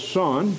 son